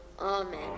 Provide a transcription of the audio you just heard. Amen